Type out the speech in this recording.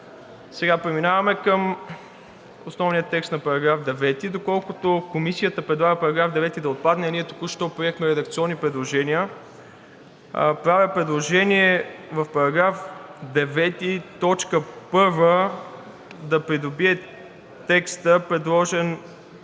Сега преминаваме към основния текст на § 9. Доколкото Комисията предлага § 9 да отпадне, а ние току-що приехме редакционни предложения, правя предложение в § 9 т. 1 да придобие текста, предложен